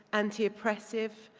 anti-oppressive,